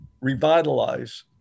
revitalize